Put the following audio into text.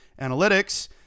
analytics